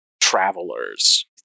travelers